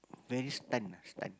very stunned ah stunned